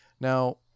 Now